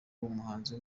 umuhanzi